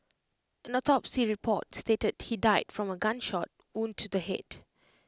an autopsy report stated he died from A gunshot wound to the Head